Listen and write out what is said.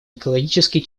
экологически